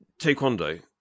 Taekwondo